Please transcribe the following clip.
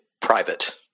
private